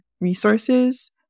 resources